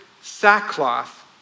sackcloth